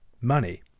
money